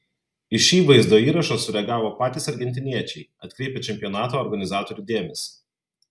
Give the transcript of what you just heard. į šį vaizdo įrašą sureagavo patys argentiniečiai atkreipę čempionato organizatorių dėmesį